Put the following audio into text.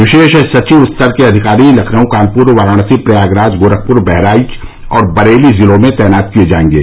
विशेष सचिव स्तर के अधिकारी लखनऊ कानपुर वाराणसी प्रयागराज गोरखपुर बहराइच और बरेली जिलों में तैनात किये जायेंगे